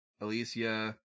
Alicia